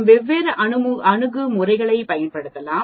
நாம் வெவ்வேறு அணுகுமுறைகளைப் பயன்படுத்தலாம்